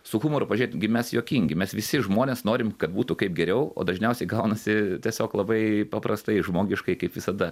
su humoru pažiūrėt gi mes juokingi mes visi žmonės norim kad būtų kaip geriau o dažniausiai gaunasi tiesiog labai paprastai žmogiškai kaip visada